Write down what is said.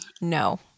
no